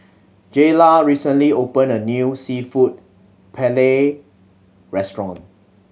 Jayla recently opened a new Seafood Paella Restaurant